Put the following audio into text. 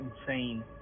insane